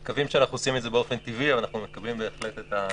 אנחנו מקווים שאנחנו עושים את זה באופן טבעי אבל מקבלים בהחלט את המסר.